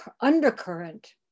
undercurrent